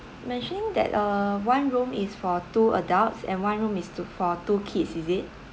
mentioning that uh one room is for two adults and one room is two for two kids is it